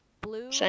blue